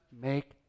make